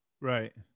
Right